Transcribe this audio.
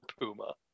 Puma